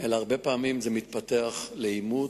אבל הרבה פעמים זה מתפתח לעימות